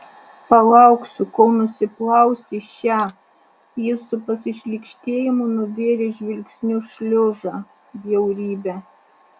palauksiu kol nusiplausi šią jis su pasišlykštėjimu nuvėrė žvilgsniu šliužą bjaurybę